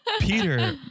peter